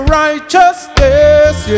righteousness